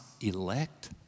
elect